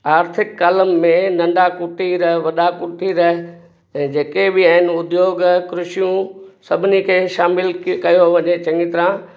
आर्थिक कलम में नंढा कुटीर वॾा कुटीर त जेके बि आहिनि उद्योग कृषियूं सभिनी खे शामिलु कयो वञे चङी तरह